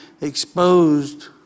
exposed